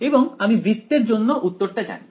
এবং আমি বৃত্তের জন্য উত্তরটা জানি